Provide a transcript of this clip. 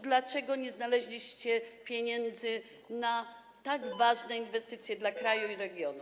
Dlaczego nie znaleźliście pieniędzy na tak ważne inwestycje dla kraju i regionu?